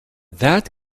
that